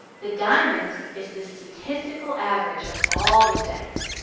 the diamond is the statistical average of all the studies.